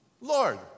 Lord